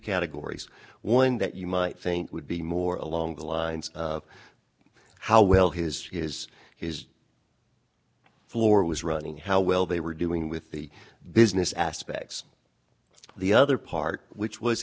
categories one that you might think would be more along the lines of how well his his his floor was running how well they were doing with the business aspects the other part which was